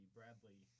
Bradley